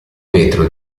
vetro